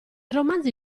romanzi